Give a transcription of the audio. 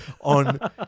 on